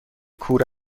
کوره